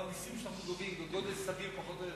גם המסים שאנחנו גובים הם בגודל סביר פחות או יותר,